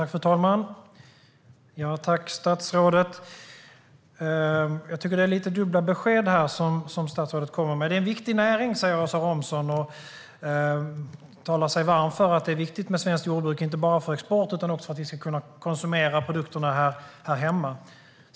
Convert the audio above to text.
Fru talman! Jag tackar statsrådet. Jag tycker att statsrådet kommer med lite dubbla besked. Det är en viktig näring, säger Åsa Romson och talar sig varm för att det är viktigt med svenskt jordbruk inte bara för export utan också för att vi ska kunna konsumera produkterna här hemma.